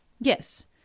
Yes